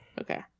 Okay